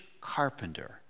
carpenter